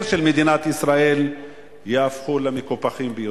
של מדינת ישראל יהפכו למקופחים ביותר.